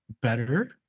better